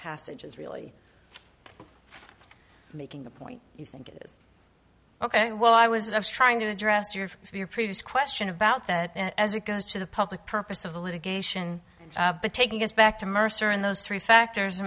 passage is really making the point you think it is ok well i was i was trying to address your from your previous question about that as it goes to the public purpose of the litigation but taking us back to mercer and those three factors i